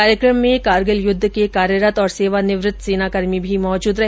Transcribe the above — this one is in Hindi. कार्यक्रम में करगिल युद्ध के कार्यरत और सेवानिवृत्त सेनाकर्मी भी मौजूद रहे